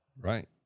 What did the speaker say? Right